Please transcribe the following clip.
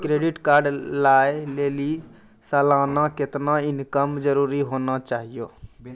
Credit card लय लेली सालाना कितना इनकम जरूरी होना चहियों?